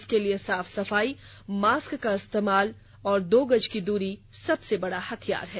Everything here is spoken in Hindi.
इसके लिए साफ सफाई मास्क का इस्तेमाल और दो गज की दूरी सबसे बड़ा हथियार है